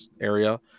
area